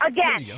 Again